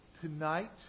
tonight